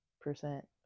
percent